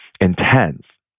intense